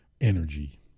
energy